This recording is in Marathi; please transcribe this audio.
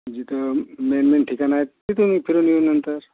जिथं मेन मेन ठिकानं आहेत तिथून फिरून येऊ नंतर